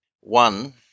One